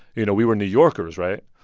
you know, we were new yorkers, right?